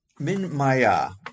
Minmaya